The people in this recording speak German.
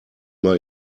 mal